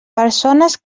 persones